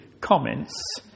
comments